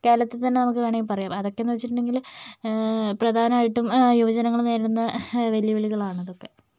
കേരളത്തിൽ തന്നെ വേണമെങ്കിൽ പറയാം അതോക്കെയെന്ന് വെച്ചിട്ടുണ്ടെങ്കിൽ പ്രധാനമായിട്ടും യുവജനങ്ങൾ നേരിടുന്ന വെല്ലുവിളികൾ ആണ് അതൊക്കെ